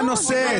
זה הנושא.